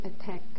attack